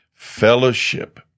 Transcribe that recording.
Fellowship